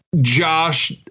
Josh